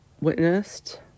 witnessed